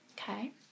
Okay